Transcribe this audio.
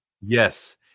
Yes